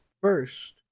First